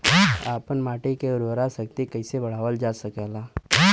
आपन माटी क उर्वरा शक्ति कइसे बढ़ावल जा सकेला?